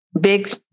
big